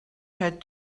had